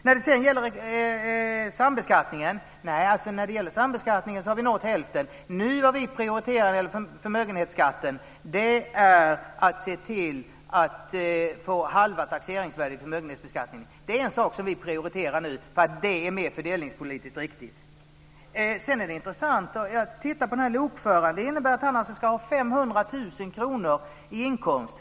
När det gäller sambeskattningen har vi kommit fram till hälften. Nu prioriterar vi förmögenhetsskatten, nämligen att se till att det blir halva taxeringsvärdet i förmögenhetsbeskattningen. Vi prioriterar det eftersom det är mer fördelningspolitiskt riktigt. Jag ser på exemplet med lokföraren. Det innebär att han måste ha 500 000 kr i inkomst.